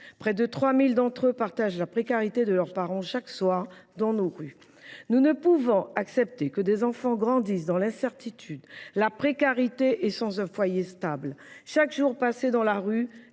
Près de 3 000 d’entre eux partagent la précarité de leurs parents chaque soir, dans nos rues. Nous ne pouvons accepter que des enfants grandissent dans l’incertitude, la précarité et sans un foyer stable. Chaque jour passé dans la rue